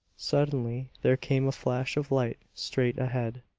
suddenly there came a flash of light straight ahead.